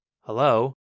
hello